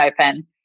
open